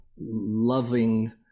loving